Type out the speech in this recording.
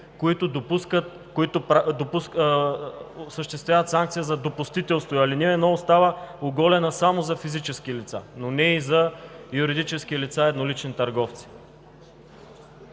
които осъществяват санкция за допустителство и ал. 1 остава оголена само за физически лица, но не и за юридически лица – еднолични търговци.